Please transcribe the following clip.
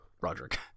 Roderick